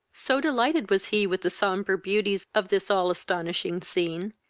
so delighted was he with the sombre beauties of this all astonishing scene,